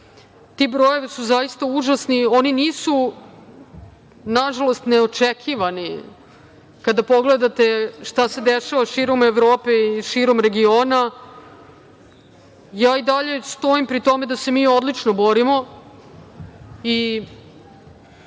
brojevi su zaista užasni. Oni nisu nažalost, neočekivani, kada pogledate šta se dešava širom Evrope, širom regiona. Ja i dalje stojim pri tome da se mi odlično